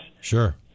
Sure